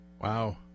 Wow